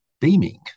beaming